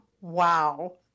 Wow